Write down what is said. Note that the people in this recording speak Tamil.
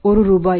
1 ரூபாய்